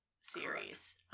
series